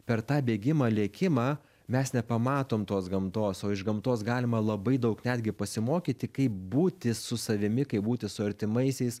per tą bėgimą lėkimą mes nepamatom tos gamtos o iš gamtos galima labai daug netgi pasimokyti kaip būti su savimi kaip būti su artimaisiais